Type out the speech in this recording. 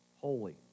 holy